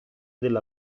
della